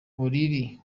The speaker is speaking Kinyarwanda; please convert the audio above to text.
olili